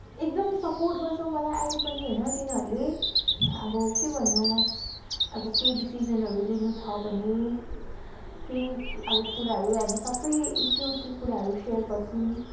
एकदम सपोर्ट गर्छ मलाई अहिले पनि होइन तिनीहरूले अब के भन्नु अब केही डिसिजनहरू लिनु छ भने केही अब कुराहरू हामी सबै इत्रु इत्रु कुराहरू सेर गर्छौँ